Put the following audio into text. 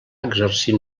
exercir